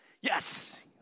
Yes